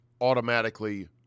automatically